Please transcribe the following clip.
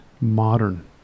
modern